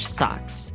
socks